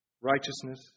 righteousness